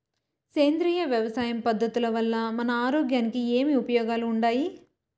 సేంద్రియ వ్యవసాయం పద్ధతుల వల్ల మన ఆరోగ్యానికి ఏమి ఉపయోగాలు వుండాయి?